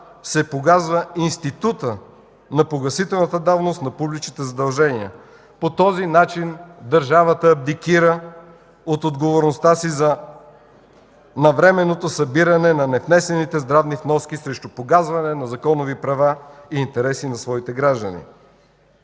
се погазва института на погасителната давност на публичните задължения. По този начин държавата абдикира от отговорността си за навременното събиране на невнесените здравни вноски срещу погазване на законови права и интереси на своите граждани.